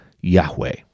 Yahweh